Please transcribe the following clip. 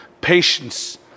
patience